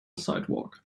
sidewalk